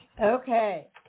Okay